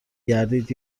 گردید